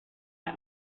der